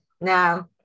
no